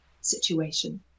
situation